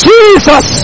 Jesus